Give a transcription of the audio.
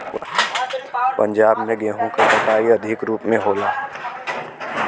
पंजाब में गेंहू क कटाई अधिक रूप में होला